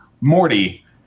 Morty